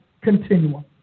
continuum